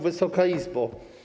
Wysoka Izbo!